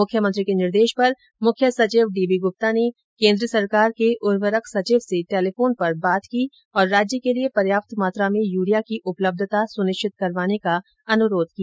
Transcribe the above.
मुख्यमंत्री के निर्देश पर मुख्य सचिव डीबी गुप्ता ने केन्द्र सरकार के उर्वरक सचिव से टेलीफोन पर बात की और राज्य के लिए पर्याप्त मात्रा में यूरिया की उपलब्धता सुनिश्चित करवाने का अनुरोध किया